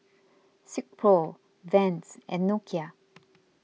Silkpro Vans and Nokia